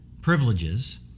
privileges